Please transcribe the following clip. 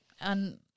and-